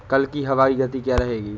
कल की हवा की गति क्या रहेगी?